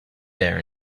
there